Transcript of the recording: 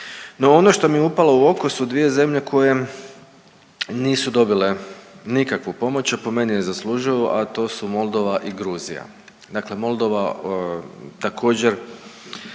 No ono što mi je upalo u oko su dvije zemlje koje nisu dobile nikakvu pomoć, a po meni je zaslužuju, a to su Moldova i Gruzija. Dakle Moldova također